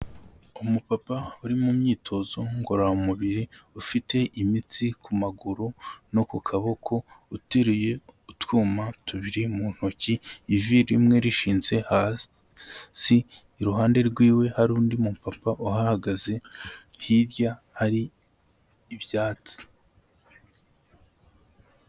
Umupapa uri mu myitozo ngororamubiri ufite imitsi ku maguru no ku kaboko, uteruye utwuma tubiri mu ntoki, ivi rimwe rishinze hasi, iruhande rw'iwe hari undi mupapa uhahagaze, hirya hari ibyatsi.